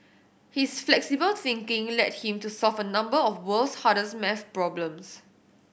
his flexible thinking led him to solve a number of world's hardest maths problems